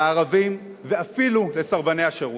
לערבים, ואפילו לסרבני השירות.